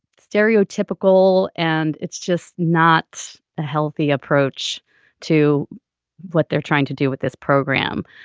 stereotypical and it's just not a healthy approach to what they're trying to do with this program.